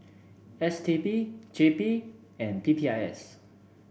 S T B J P and P P I S